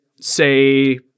say